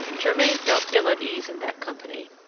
germain felt ill at ease in that company,